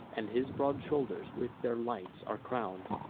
and his broad shoulders with their lights are crown'd.